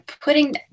putting